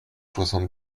soixante